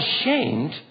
ashamed